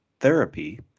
therapy